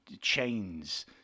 chains